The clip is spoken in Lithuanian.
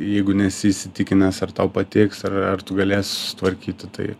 jeigu nesi įsitikinęs ar tau patiks ar ar tu galėsi susitvarkyti tai